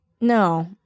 No